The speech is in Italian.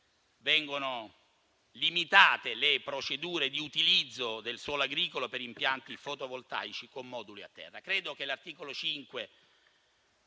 vengono limitate le procedure di utilizzo del suolo agricolo per impianti fotovoltaici con moduli a terra.